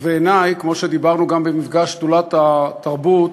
ובעיני, כמו שדיברנו גם במפגש שדולת התרבות,